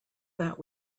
that